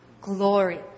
glory